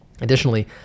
Additionally